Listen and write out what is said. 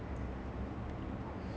ya but those movies like